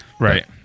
Right